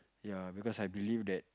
ya because I believe that